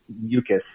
mucus